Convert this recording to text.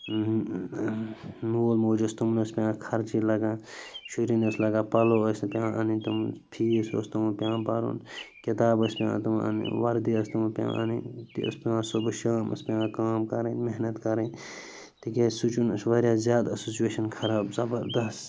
مول موج اوس تِمَن ٲس پٮ۪وان خرچی لَگان شُرٮ۪ن ٲس لَگان پَلَو ٲسۍ نہٕ پٮ۪وان اَنٕنۍ تِمَن فیٖس اوس تِمَن پٮ۪وان بَرُن کِتابہٕ ٲسۍ پٮ۪وان تِمَن اَننہِ وَردی ٲس تِمَن پٮ۪وان اَنٕنۍ أتی ٲسۍ پٮ۪وان صُبُح شامَس پٮ۪وان کٲم کَرٕنۍ محنت کَرٕنۍ تِکیٛازِ ٲس واریاہ زیادٕ ٲس سُچٕویشَن خراب زبردس